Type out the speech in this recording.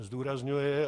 Zdůrazňuji